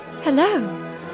Hello